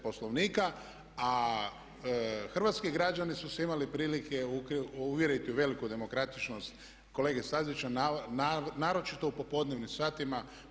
Poslovnika, a hrvatski građani su se imali prilike uvjeriti u veliku demokratičnost kolege Stazića naročito u popodnevnim satima.